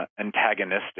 antagonistic